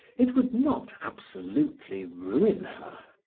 it would not absolutely ruin her.